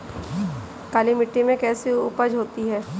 काली मिट्टी में कैसी उपज होती है?